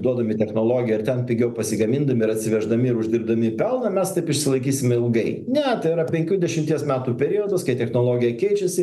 duodami technologiją ir ten pigiau pasigamindami ir atsiveždami ir uždirbdami pelną mes taip išsilaikysim ilgai ne tai yra penkių dešimties metų periodas kai technologija keičiasi